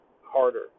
harder